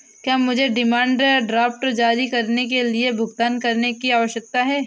क्या मुझे demand draft जारी करने के लिए भुगतान करने की आवश्यकता है?